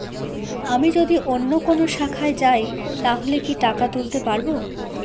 আমি যদি অন্য কোনো শাখায় যাই তাহলে কি টাকা তুলতে পারব?